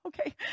Okay